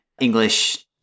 English